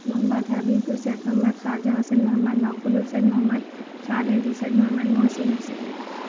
Muhammad Habib Hussain Muhammad Khwaja Hasan Muhammad Maqbool Hussain Muhammad Khalid Hussain Muhammad Mohsin Hussain